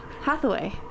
Hathaway